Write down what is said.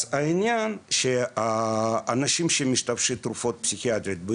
אז אנשים שמשתמשים בתרופות פסיכיאטריות,